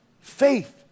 Faith